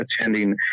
attending